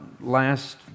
last